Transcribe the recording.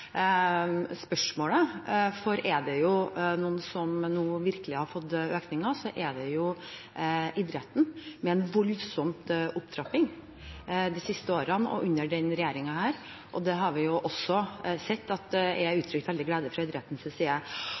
spørsmålet, for er det noen som nå virkelig har fått økninger, er det idretten, med en voldsom opptrapping de siste årene, under denne regjeringen, og det har vi også sett at det er uttrykt glede for fra idrettens side. Jeg